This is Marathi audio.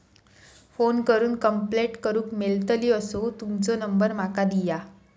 फोन करून कंप्लेंट करूक मेलतली असो तुमचो नंबर माका दिया?